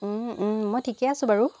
মই ঠিকেই আছোঁ বাৰু